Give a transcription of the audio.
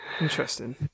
Interesting